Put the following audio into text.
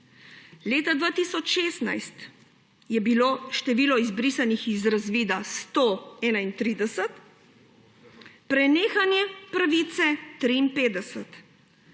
Leta 2016 je bilo število izbrisanih iz razvida 131, prenehanje pravice 53.